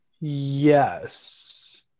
Yes